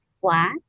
flat